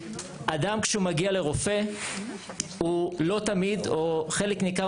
אדם כשהוא מגיע לרופא הוא לא תמיד או חלק ניכר